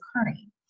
occurring